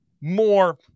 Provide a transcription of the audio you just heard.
more